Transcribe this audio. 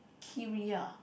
Kiria